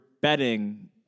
betting